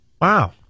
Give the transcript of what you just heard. Wow